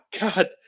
God